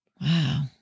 Wow